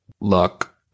luck